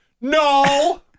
No